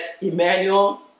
Emmanuel